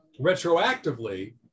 retroactively